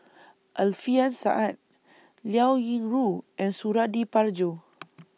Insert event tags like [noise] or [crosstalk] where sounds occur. Alfian Sa'at Liao Yingru and Suradi Parjo [noise]